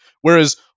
Whereas